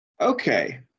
Okay